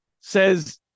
says